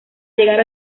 llegar